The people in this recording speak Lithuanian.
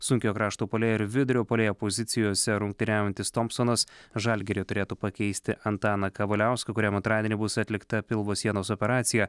sunkiojo krašto puolėjo ir vidurio puolėjo pozicijose rungtyniaujantis tompsonas žalgiryje turėtų pakeisti antaną kavaliauską kuriam antradienį bus atlikta pilvo sienos operacija